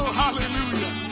hallelujah